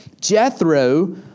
Jethro